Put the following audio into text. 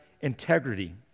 integrity